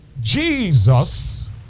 Jesus